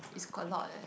it's quite a lot